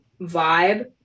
vibe